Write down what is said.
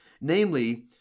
namely